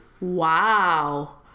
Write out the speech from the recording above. wow